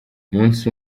umunsi